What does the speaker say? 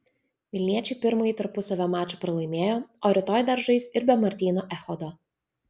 vilniečiai pirmąjį tarpusavio mačą pralaimėjo o rytoj dar žais ir be martyno echodo